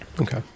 okay